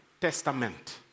testament